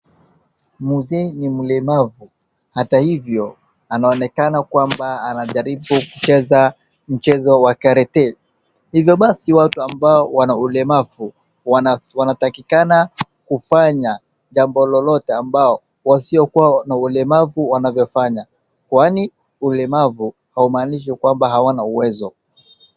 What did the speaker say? Mzee ni mlemavu, hata hivyo anaonekana kwamba anajaribu kucheza mchezo wa karate. Hivyo basi watu ambao wana ulemavu wanatakikana kufanya jambo lolote ambalo wasiokuwa na ulemavu wanavyofanya kwani ulemavu haumaanishi kwamba hawana uwezo.